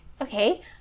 Okay